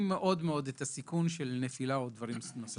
מאוד את הסיכון לנפילה או דברים מהסוג הזה.